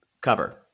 cover